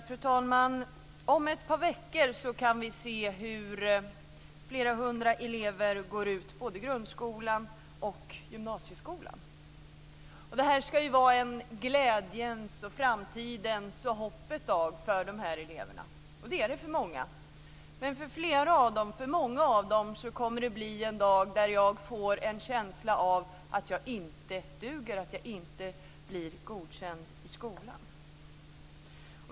Fru talman! Om ett par veckor kan vi se hur hundratals elever går ut både grundskolan och gymnasieskolan. Det här ska vara en glädjens, framtidens och hoppets dag för dessa elever, och det är det också för många. Men för många andra kommer det att bli en dag då de får en känsla av att de inte duger, av att de inte blir godkända i skolan.